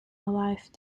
alive